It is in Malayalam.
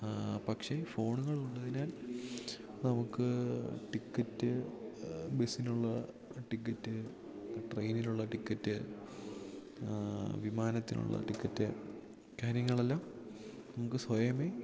പക്ഷെ ഫോണുകളുള്ളതിനാൽ നമുക്ക് ടിക്കറ്റ് ബസ്സിനുള്ള ടിക്കറ്റ് ട്രെയിനിനുള്ള ടിക്കറ്റ് വിമാനത്തിനുള്ള ടിക്കറ്റ് കാര്യങ്ങൾ എല്ലാം നമുക്ക് സ്വയമേ